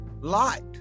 light